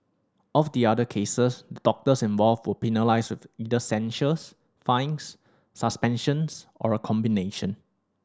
of the other cases the doctors involved were penalised with either censures fines suspensions or a combination